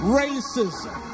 racism